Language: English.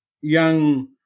young